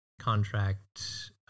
contract